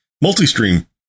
multi-stream